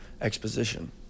exposition